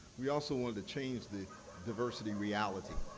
we also wanted to change the diversity reality.